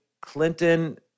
Clinton